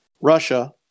Russia